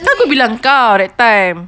takut bilang kau that time